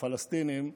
לפלסטינים יש,